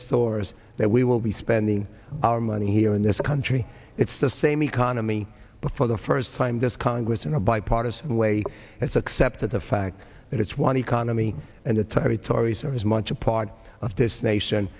stores that we will be spending our money here in this country it's the same economy but for the first time this congress in a bipartisan way it's accepted the fact that it's one economy and the territory's are as much a part of this nation